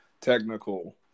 technical